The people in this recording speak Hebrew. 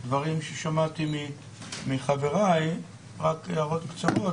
דברים ששמעתי מחבריי רק הערות קצרות.